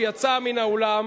שיצא מן האולם,